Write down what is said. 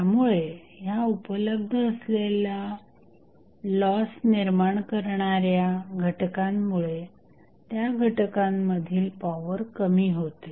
त्यामुळे ह्या उपलब्ध असलेल्या लॉस निर्माण करणाऱ्या घटकांमुळे त्या घटकांमधील पॉवर कमी होते